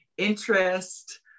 interest